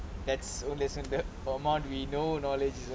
that's oh listen no amount of know knowledge